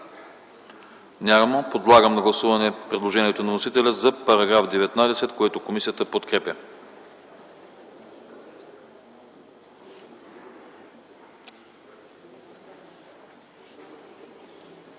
Няма. Подлагам на гласуване предложението по вносител за § 20, което комисията подкрепя.